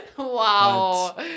Wow